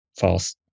false